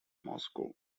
moscow